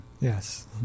Yes